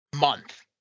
month